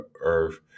earth